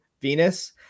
Venus